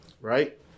Right